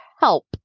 help